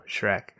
Shrek